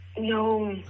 No